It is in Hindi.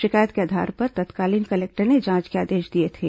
शिकायत के आधार पर तत्कालीन कलेक्टर ने जांच के आदेश दिए थे